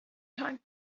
time